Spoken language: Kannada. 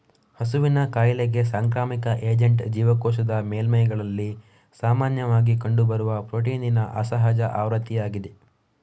ಹಸುವಿನ ಕಾಯಿಲೆಗೆ ಸಾಂಕ್ರಾಮಿಕ ಏಜೆಂಟ್ ಜೀವಕೋಶದ ಮೇಲ್ಮೈಗಳಲ್ಲಿ ಸಾಮಾನ್ಯವಾಗಿ ಕಂಡುಬರುವ ಪ್ರೋಟೀನಿನ ಅಸಹಜ ಆವೃತ್ತಿಯಾಗಿದೆ